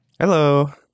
Hello